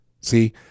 See